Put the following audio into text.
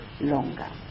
longer